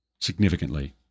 significantly